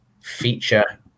feature